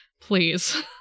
please